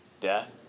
death